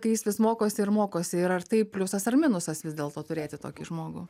kai jis vis mokosi ir mokosi ir ar tai pliusas ar minusas vis dėlto turėti tokį žmogų